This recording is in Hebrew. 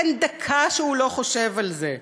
אין דקה שהוא לא חושב על זה.